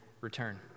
return